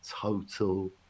total